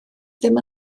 ddim